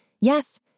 Yes